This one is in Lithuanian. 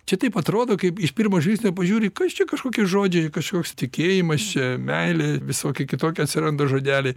čia taip atrodo kaip iš pirmo žvilgsnio pažiūri kas čia kažkokie žodžiai kažkoks tikėjimas čia meilė visokie kitokie atsiranda žodeliai